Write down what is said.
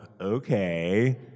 okay